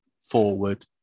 forward